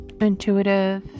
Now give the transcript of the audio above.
intuitive